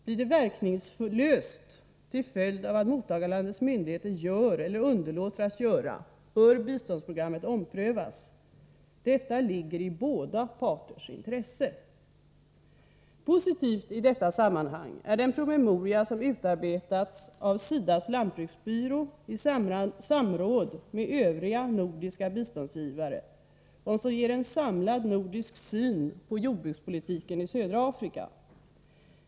Blir det verkningslöst till följd av vad mottagarlandets myndigheter gör eller underlåter att göra, bör biståndsprogrammet omprövas. Detta ligger i båda parters intresse. Positivt i detta sammanhang är den promemoria som utarbetats av SIDA:s lantbruksbyrå i samråd med övriga nordiska biståndsgivare och som ger en samlad nordisk syn på jordbrukspolitiken i södra Afrika.